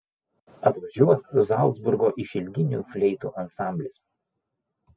atvažiuos zalcburgo išilginių fleitų ansamblis